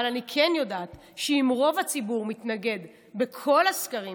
אבל אני כן יודעת שאם רוב הציבור מתנגד בכל הסקרים